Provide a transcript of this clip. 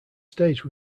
stage